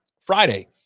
Friday